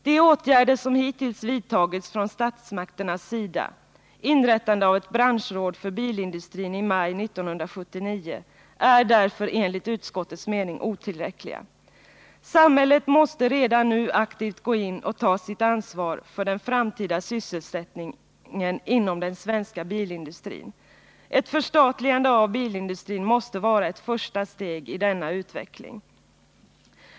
De åtgärder som hittills har vidtagits från statsmakternas sida — inrättande av ett branschråd för bilindustrin i maj 1979 — är därför enligt utskottets mening otillräckliga. Samhället måste redan nu aktivt gå in och ta sitt ansvar för den framtida sysselsättningen inom den svenska bilindustrin. Ett förstatligande av bilindustrin måste vara ett första steg i denna utveckling.